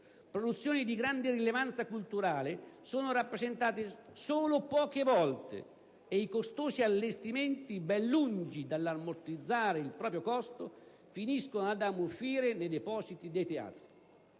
Produzioni di grande rilevanza culturale sono rappresentate solo poche volte e i costosi allestimenti, ben lungi dall'ammortizzare il proprio costo, finiscono ad ammuffire nei depositi dei teatri.